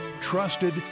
Trusted